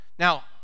Now